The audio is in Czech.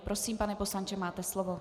Prosím, pane poslanče, máte slovo.